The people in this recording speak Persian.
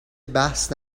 بحث